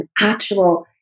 actual